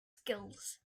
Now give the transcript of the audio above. skills